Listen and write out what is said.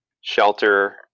shelter